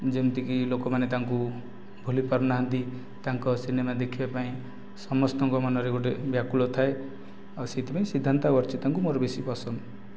ଯେମିତିକି ଲୋକମାନେ ତାଙ୍କୁ ଭୁଲି ପାରୁନାହାନ୍ତି ତାଙ୍କ ସିନେମା ଦେଖିବା ପାଇଁ ସମସ୍ତଙ୍କ ମନରେ ଗୋଟେ ବ୍ୟାକୁଳ ଥାଏ ଆଉ ସେଇଥିପାଇଁ ସିଦ୍ଧାନ୍ତ ଆଉ ଅର୍ଚ୍ଚିତାଙ୍କୁ ମୋର ବେଶି ପସନ୍ଦ